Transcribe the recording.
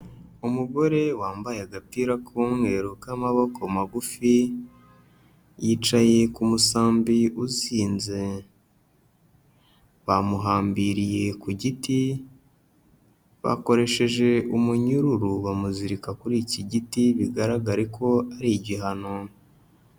Umugore wambaye agapira k'umweru k'amaboko magufi, yicaye ku musambi uzinze, bamuhambiriye ku giti bakoresheje umunyururu bamuzirika kuri iki giti bigaragare ko ari igihano.